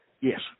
Yes